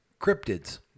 cryptids